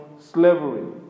slavery